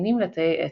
מתמיינים לתאי עצב.